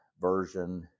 version